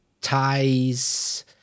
ties